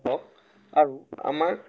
তাক আমাক